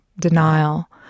denial